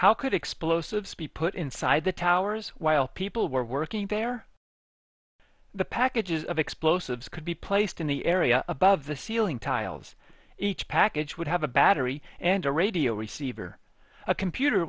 how could explosives be put inside the towers while people were working there the packages of explosives could be placed in the area above the ceiling tiles each package would have a battery and a radio receiver a computer